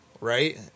right